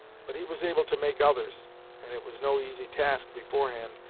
but he was able to make others and it was no easy task beforehand,